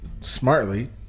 smartly